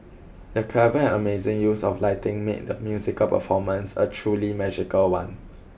the clever and amazing use of lighting made the musical performance a truly magical one